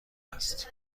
است